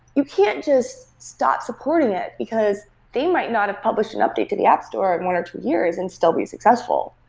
you can't just stop supporting it, becase they might not have published an update to the app store in one or two years and still be successful.